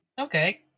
okay